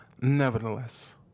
Nevertheless